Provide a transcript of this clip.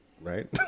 right